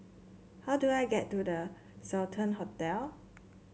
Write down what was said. how do I get to The Sultan Hotel